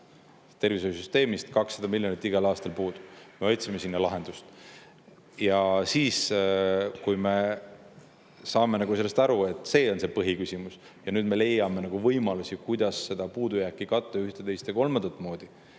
Tervishoiusüsteemist on 200 miljonit igal aastal puudu. Me otsime sinna lahendust. Ja kui me saame sellest aru, et see on see põhiküsimus, ja nüüd me leiame võimalusi, kuidas seda puudujääki katta ühte, teist ja kolmandat moodi,